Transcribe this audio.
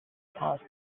pouch